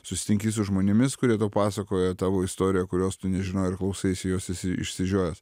susitinki su žmonėmis kurie tau pasakojo tavo istoriją kurios tu nežinojai ir klausaisi jos išsi išsižiojęs